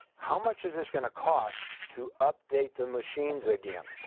how much is this going to cost to update the machines again?